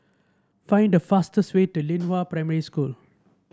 find the fastest way to Lianhua Primary School